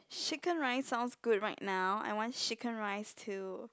chicken rice sounds quite good right now I want chicken rice too